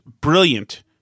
brilliant